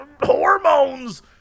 hormones